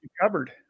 covered